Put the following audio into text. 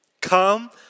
Come